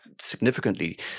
significantly